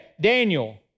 Daniel